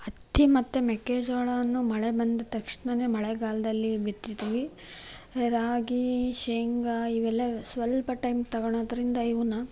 ಹತ್ತಿ ಮತ್ತು ಮೆಕ್ಕೆ ಜೋಳವನ್ನು ಮಳೆ ಬಂದ ತಕ್ಷಣವೇ ಮಳೆಗಾಲದಲ್ಲಿ ಬಿತ್ತುತ್ತೀವಿ ರಾಗಿ ಶೇಂಗಾ ಇವೆಲ್ಲ ಸ್ವಲ್ಪ ಟೈಮ್ ತಗೊಳೋದ್ರಿಂದ ಇವನ್ನು